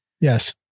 Yes